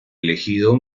elegido